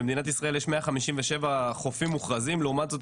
יש במדינת ישראל 157 חופים מוכרזים ולעומת זאת,